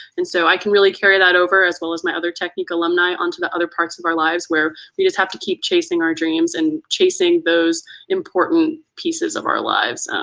and so i can really carry that over as well as my other technique, alumni on to the other parts of our lives where we just have to keep chasing our dreams and chasing those important pieces of our lives.